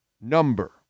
number